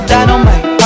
Dynamite